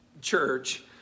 church